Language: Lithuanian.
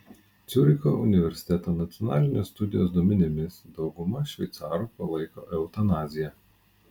ciuricho universiteto nacionalinės studijos duomenimis dauguma šveicarų palaiko eutanaziją